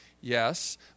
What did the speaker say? Yes